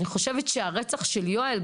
אני חושבת שהרצח של יואל,